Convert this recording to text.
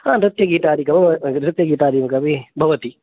हा नृत्यगीतादिकं नृत्यगीादिकपि भवति